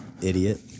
Idiot